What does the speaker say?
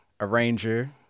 arranger